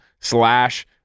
slash